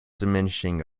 diminishing